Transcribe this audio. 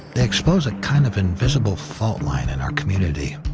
they expose a kind of invisible fault line in our community